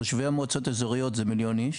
תושבי המועצות האזוריות זה מיליון איש,